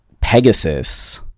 Pegasus